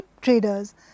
traders